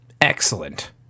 Excellent